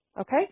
Okay